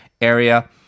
area